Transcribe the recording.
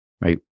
right